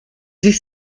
sich